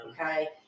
Okay